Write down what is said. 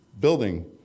building